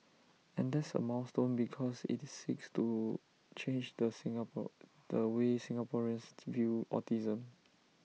and that's A milestone because it's seeks to change the Singapore the way Singaporeans view autism